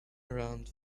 around